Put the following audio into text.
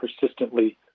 persistently